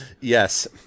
Yes